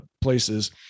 places